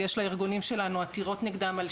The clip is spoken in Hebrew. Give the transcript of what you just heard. יש לארגונים שלנו עתירות נגדם על